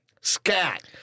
Scat